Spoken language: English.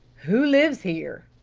who lives here?